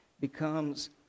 becomes